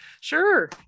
sure